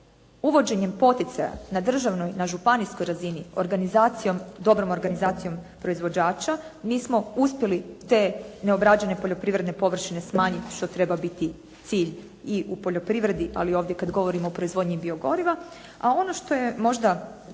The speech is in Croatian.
Uvođenjem poticaja na državnoj, na županijskoj razini, organizacijom, dobrom organizacijom proizvođača, mi smo uspjeli te neobrađene poljoprivredne površine smanjiti, što treba biti cilj i u poljoprivredi, ali ovdje kad govorimo o proizvodnji biogoriva. A ono što je možda